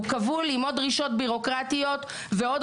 הוא כבול עם עוד דרישות ביורוקרטיות ועוד